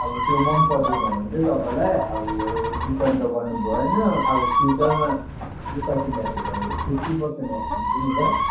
अब त्यो मनपर्देन भने चाहिँ तपाईँलाई अब रिटर्न त गर्नु भएन अब फ्युचरमा जुत्ता किन्दाखेरि अब फिप्टी पर्सेन्ट अफ दिन्छु नि ल